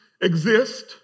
exist